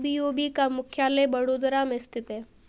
BOB का मुख्यालय बड़ोदरा में स्थित है